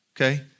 okay